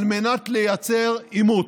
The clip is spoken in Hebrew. על מנת לייצר עימות.